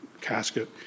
casket